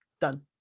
Done